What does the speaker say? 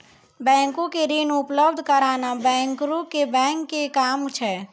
बैंको के ऋण उपलब्ध कराना बैंकरो के बैंक के काम छै